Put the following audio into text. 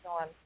on